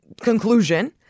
conclusion